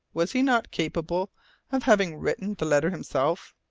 was he not capable of having written the letter himself?